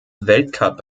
weltcup